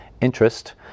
interest